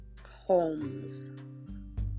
Holmes